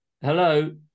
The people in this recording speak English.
Hello